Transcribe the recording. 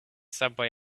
subway